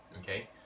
Okay